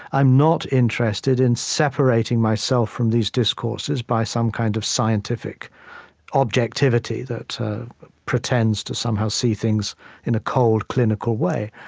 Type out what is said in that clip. i'm not interested in separating myself from these discourses by some kind of scientific objectivity that pretends to somehow see things in a cold, clinical way.